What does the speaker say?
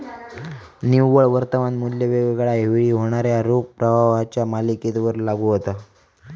निव्वळ वर्तमान मू्ल्य वेगवेगळा वेळी होणाऱ्यो रोख प्रवाहाच्यो मालिकेवर लागू होता